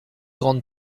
grandes